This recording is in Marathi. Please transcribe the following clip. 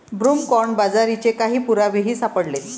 ब्रूमकॉर्न बाजरीचे काही पुरावेही सापडले